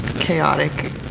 Chaotic